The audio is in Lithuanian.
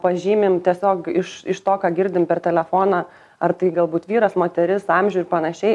pažymim tiesiog iš iš to ką girdim per telefoną ar tai galbūt vyras moteris amžių ir panašiai